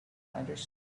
understood